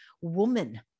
woman